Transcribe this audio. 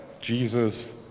Jesus